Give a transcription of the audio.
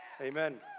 Amen